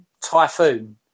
typhoon